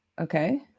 Okay